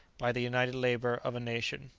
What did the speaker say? by the united labour of a nation.